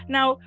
Now